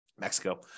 Mexico